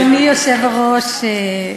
אדוני היושב-ראש,